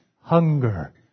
Hunger